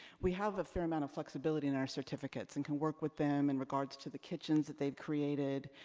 we have a fair amount of flexibility in our certificates, and can work with them in regards to the kitchens that they've created,